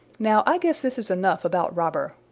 now i guess this is enough about robber.